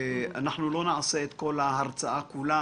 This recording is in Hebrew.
אנחנו לא נעשה את כל ההרצאה כולה.